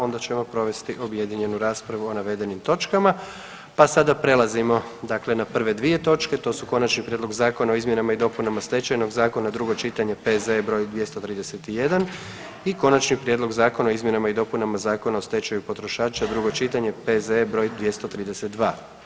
Onda ćemo provesti objedinjenu raspravu o navedenim točkama, pa sada prelazimo dakle na prve dvije točke, to su: - Konačni prijedlog zakona o izmjenama i dopunama Stečajnog zakona, drugo čitanje, P.Z.E. br. 231 i - Konačni prijedlog zakona o izmjenama i dopunama Zakona o stečaju potrošača, drugo čitanje, P.Z.E. br. 232.